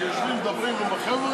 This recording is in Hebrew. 38, אחד מתנגד, אין נמנעים.